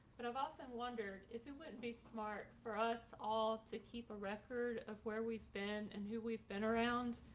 but i've often wondered if it wouldn't be smart for us all to keep a record of where we've been and who we've been around.